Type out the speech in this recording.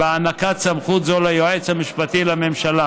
בהענקת סמכות זו ליועץ המשפטי לממשלה,